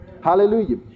Hallelujah